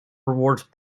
rewards